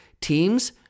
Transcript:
Teams